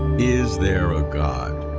is there a god?